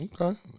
Okay